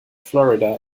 florida